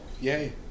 Yay